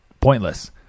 pointless